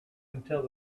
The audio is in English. until